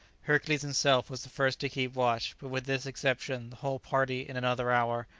hercules himself was the first to keep watch, but with this exception, the whole party, in another hour,